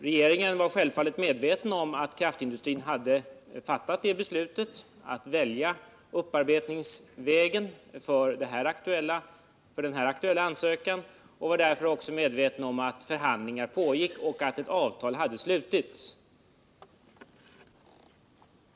Regeringen var självfallet medveten om att kraftindustrin hade fattat beslut om att välja upparbetningsvägen för den här aktuella ansökan och var därför också medveten om att förhandlingar pågick och att ett avtal hade slutits.